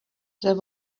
there